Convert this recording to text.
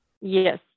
yes